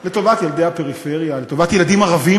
אבל זכותו של חבר הכנסת אריה מכלוף דרעי להעיר.